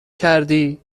کردی